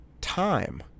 time